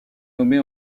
nommée